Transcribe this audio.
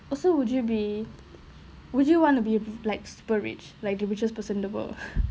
also would you be would you want to be like super rich like the richest person in the world